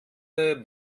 der